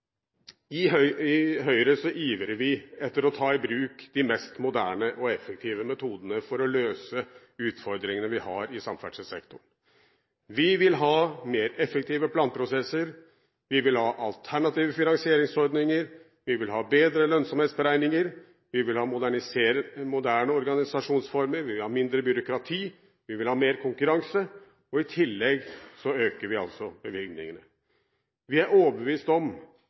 og høy sjø. Tettstedet Brandasund har god havn og ligger strategisk plassert på denne strekningen og vil dekke beredskapstomrommet mellom Haugesund og Bergen. I Høyre ivrer vi etter å ta i bruk de mest moderne og effektive metodene for å løse utfordringene vi har i samferdselssektoren. Vi vil ha mer effektive planprosesser, vi vil ha alternative finansieringsordninger, vi vil ha bedre lønnsomhetsberegninger, vi vil ha moderne organiseringsformer, vi vil ha mindre byråkrati, vi vil ha mer konkurranse, og i tillegg